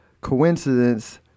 coincidence